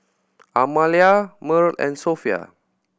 Amalia Mearl and Sophia